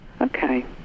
Okay